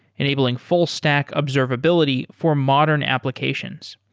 enabling full stack observability for modern applications.